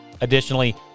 Additionally